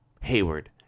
Hayward